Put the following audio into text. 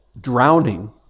drowning